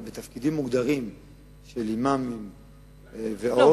אבל בתפקידים מוגדרים של אימאמים ועוד,